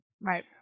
Right